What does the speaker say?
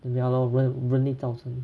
ya lor 人人类造成